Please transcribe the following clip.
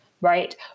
right